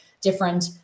different